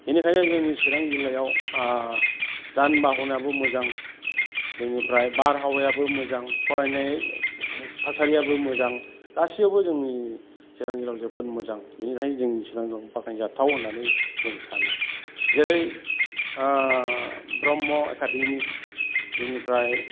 बेनिखायनो जोंनि चिरां जिल्लायाव जान बाहनाबो मोजां बेनिफ्राय बारहावायाबो मोजां फरायनाय थासारियाबो मोजां गासैबोआवनो जोंनि चिरां जिल्लायाव जोबोद मोजां बेनिखायनो जोंनि चिरां जिल्लाया बाख्नायजाथाव होन्नानै जों सानो जेरै ब्रह्म एकाडेमि बेनिफ्राय